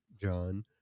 John